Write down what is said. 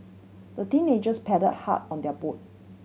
the teenagers paddled hard on their boat